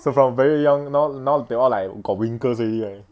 so from very young now now they all like got winkles already right